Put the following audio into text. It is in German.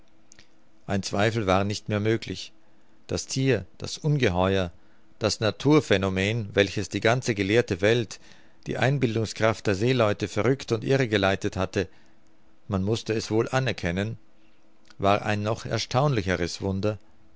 ein zweifel war nicht mehr möglich das thier das ungeheuer das naturphänomen welches die ganze gelehrte welt die einbildungskraft der seeleute verrückt und irre geleitet hatte man mußte es wohl anerkennen war ein noch erstaunlicheres wunder